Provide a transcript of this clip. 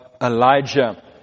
Elijah